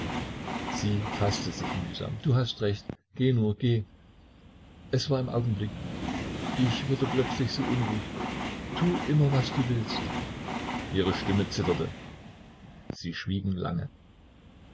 sie faßte sich mühsam du hast recht geh nur geh es war im augenblick ich wurde plötzlich so unruhig tu immer was du willst ihre stimme zitterte sie schwiegen lange